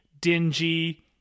dingy